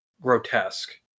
grotesque